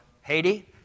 Haiti